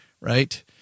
right